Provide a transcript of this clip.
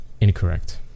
Incorrect